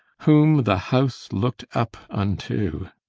whom the house looked up unto,